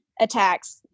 attacks